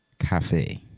Cafe